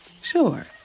Sure